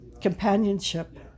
Companionship